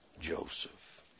Joseph